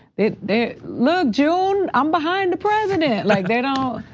they they look june, i'm behind the president like they know.